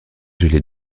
gelée